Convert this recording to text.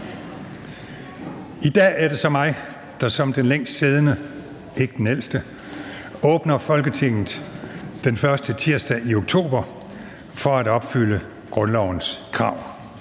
I dag er det så mig, der som den længst siddende – ikke den ældste – åbner Folketinget den første tirsdag i oktober for at opfylde grundlovens krav.